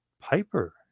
Piper